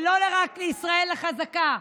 ולא רק לישראל החזקה.